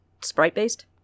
sprite-based